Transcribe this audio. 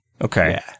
Okay